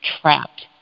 trapped